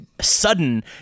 sudden